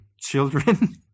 children